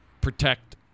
protect